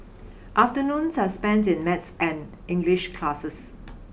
afternoons are spent in math and English classes